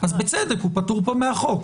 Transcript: אז בצדק הוא פטור פה מהחוק.